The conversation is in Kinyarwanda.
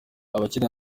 abakina